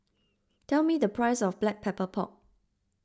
tell me the price of Black Pepper Pork